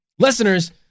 Listeners